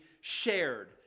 shared